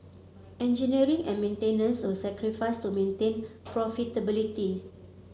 engineering and maintenance were sacrificed to maintain profitability